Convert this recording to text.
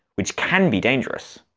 which can be dangerous.